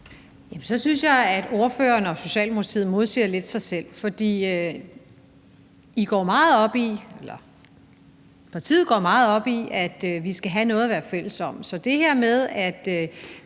Så synes jeg, at ordføreren og Socialdemokratiet modsiger sig selv lidt, for man går meget op i, at vi skal have noget at være fælles om,